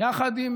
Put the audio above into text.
יחד עם